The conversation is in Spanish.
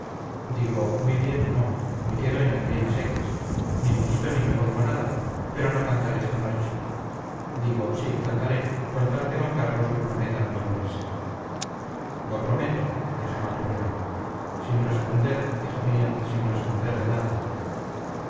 digo muy bien no me quedo en el bien a secas ni me quito ni me pongo nada pero no cantaré esta noche digo sí cantaré con tal que d carlos me prometa no dormirse lo prometo dijo maturana sin responder hija mía sin responder de nada